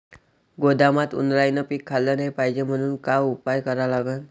गोदामात उंदरायनं पीक खाल्लं नाही पायजे म्हनून का उपाय करा लागन?